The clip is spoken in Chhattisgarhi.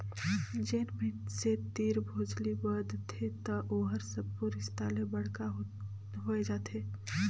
जेन मइनसे तीर भोजली बदथे त ओहर सब्बो रिस्ता ले बड़का होए जाथे